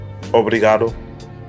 Obrigado